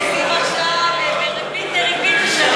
נסים, עכשיו בריבית דריבית תשלם